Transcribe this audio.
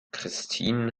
christine